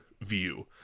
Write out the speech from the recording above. view